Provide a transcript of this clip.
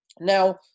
now